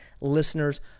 listeners